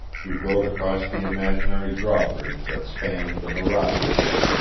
he rode across the imaginary drawbridge that spanned the mirage-moat,